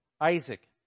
Isaac